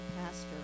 pastor